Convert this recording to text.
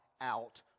out